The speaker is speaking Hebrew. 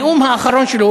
הנאום האחרון שלו,